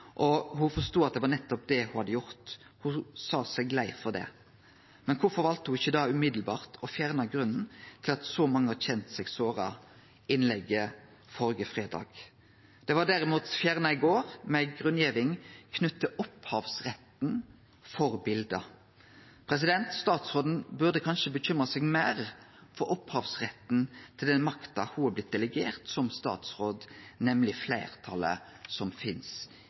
og ho forstod at det var nettopp det ho hadde gjort. Ho sa seg lei for det. Men kvifor valde ho ikkje da med det same å fjerne grunnen til at så mange har kjent seg såra av innlegget førre fredag? Det blei derimot fjerna i går, med ei grunngiving knytt til opphavsretten for bildet. Statsråden burde kanskje bekymre seg meir for opphavsretten til den makta ho har blitt delegert som statsråd, nemleg fleirtalet som finst